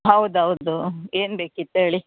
ಹೌದು ಹೌದು ಏನು ಬೇಕಿತ್ತು ಹೇಳಿ